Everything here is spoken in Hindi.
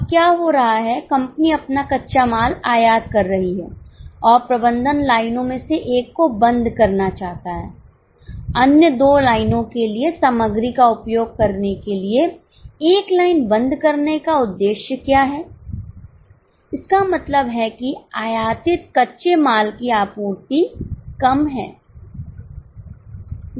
अब क्या हो रहा है कंपनी अपना कच्चा माल आयात कर रही है और प्रबंधन लाइनों में से एक को बंद करना चाहता है अन्य दो लाइनों के लिए सामग्री का उपयोग करने के लिए एक लाइन बंद करने का उद्देश्य क्या है इसका मतलब है कि आयातितकच्चे माल की आपूर्ति कम है